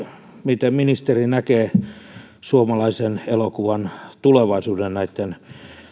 miten ministeri ylipäätänsä näkee suomalaisen elokuvan tulevaisuuden näitten